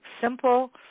simple